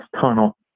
tunnel